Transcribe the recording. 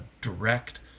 direct